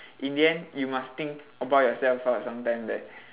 in the end you must think about yourself [what] sometimes that